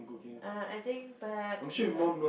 err I think perhaps